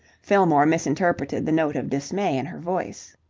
fillmore misinterpreted the note of dismay in her voice.